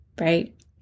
right